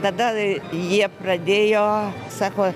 tada jie pradėjo sako